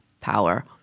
power